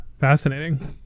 Fascinating